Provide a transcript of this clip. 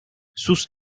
sus